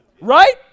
Right